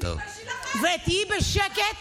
ואת תהיי בשקט